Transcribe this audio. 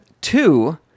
two